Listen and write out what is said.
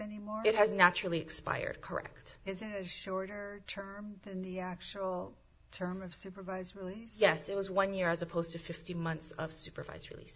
anymore it has naturally expired correct is a shorter term than the actual term of supervised release yes it was one year as opposed to fifteen months of supervis